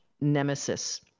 nemesis